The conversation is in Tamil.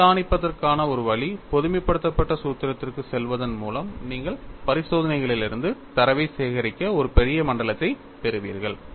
அவதானிப்பதற்கான ஒரு வழி பொதுமைப்படுத்தப்பட்ட சூத்திரத்திற்குச் செல்வதன் மூலம் நீங்கள் பரிசோதனையிலிருந்து தரவைச் சேகரிக்க ஒரு பெரிய மண்டலத்தைப் பெறுவீர்கள்